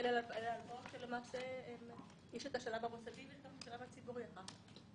אלה הלוואות יש את השלב המוסדי ויש את השלב הציבורי אחר כך.